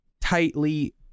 tightly